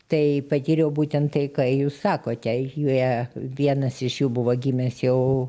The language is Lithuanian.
tai patyriau būtent tai ką jūs sakote jie vienas iš jų buvo gimęs jau